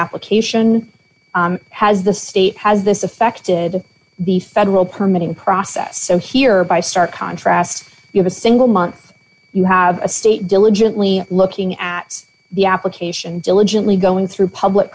application has the state has this affected the federal permitting process so here by stark contrast you have a single month you have a state diligently looking at the application diligently going through public